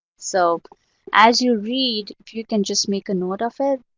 so as you read, you can just make a note of it.